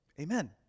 Amen